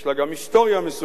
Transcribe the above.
יש לה גם היסטוריה מסוימת,